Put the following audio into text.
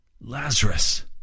Lazarus